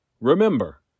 Remember